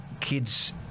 kids